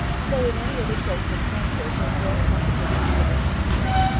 so in any other place than cranford her dress might have been considered passee.